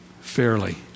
fairly